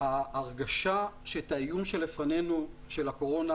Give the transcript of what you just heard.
ההרגשה שאת האיום שלפנינו של הקורונה,